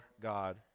God